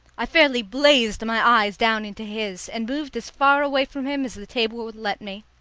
i fairly blazed my eyes down into his, and moved as far away from him as the table would let me.